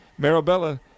Marabella